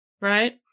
Right